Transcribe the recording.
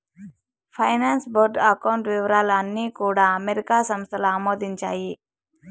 finance board account వివరాలు అన్నీ కూడా అమెరికా సంస్థలు ఆమోదించాయి